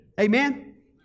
Amen